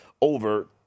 over